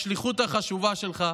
בשליחות החשובה שלך,